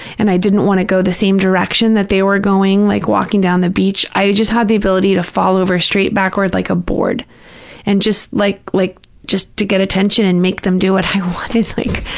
and i didn't want to go the same direction that they were going like walking down the beach, i just had the ability to fall over straight backward like a board and just like, just to get attention and make them do what i wanted. like,